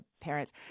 parents